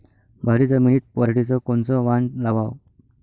भारी जमिनीत पराटीचं कोनचं वान लावाव?